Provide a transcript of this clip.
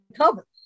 cover